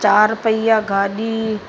चार पहिया गाॾी